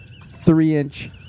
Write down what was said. three-inch